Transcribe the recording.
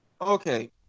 Okay